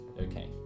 okay